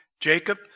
Jacob